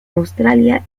australia